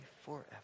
forever